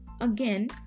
Again